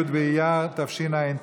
י' באייר התשע"ט,